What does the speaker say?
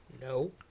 No